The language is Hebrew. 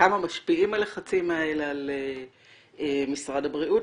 כמה משפיעים הלחצים האלה על משרד הבריאות,